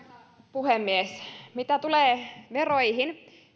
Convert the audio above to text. puhemies mitä tulee veroihin